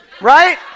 Right